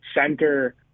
center